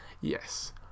yes